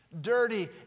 dirty